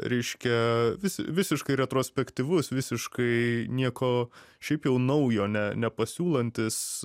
reiškia vis visiškai retrospektyvus visiškai nieko šiaip jau naujo ne nepasiūlantis